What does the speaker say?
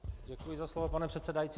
Děkuji za slovo, pane předsedající.